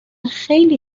خیلی